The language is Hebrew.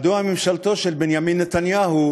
מדוע ממשלתו של בנימין נתניהו,